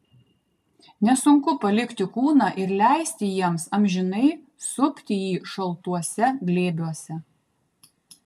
nesunku palikti kūną ir leisti jiems amžinai supti jį šaltuose glėbiuose